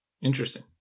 Interesting